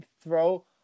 throw